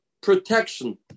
protection